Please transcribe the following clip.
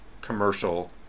commercial